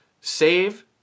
Save